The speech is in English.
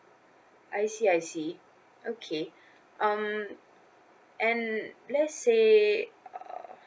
I see I see okay um and let's say uh